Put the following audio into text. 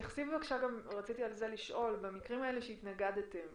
במקרים האלה שהתנגדתם,